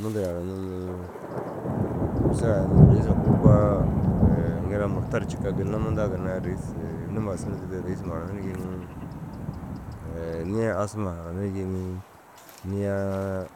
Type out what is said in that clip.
Mundu ru haranirig ni au sa ai unnu raisa kubbaa ŋila murta ru cikaa ginna mundaa ginna rêis nima suru didoo rêis huma haranirig ni. Nii asuma haranirig ni. Niyaa